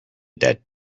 dead